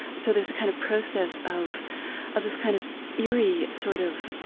so there's a kind of process of of this kind of eerie sort of,